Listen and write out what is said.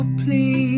please